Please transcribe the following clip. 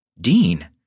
Dean